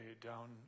down